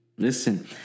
Listen